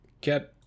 get